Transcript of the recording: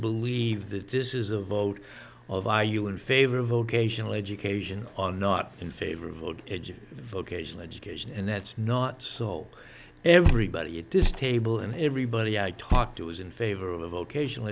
believe that this is a vote of by you in favor of vocational education on not in favor of old age of vocational education and that's not so everybody at this table and everybody i talk to is in favor of vocation